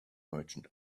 merchant